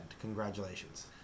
Congratulations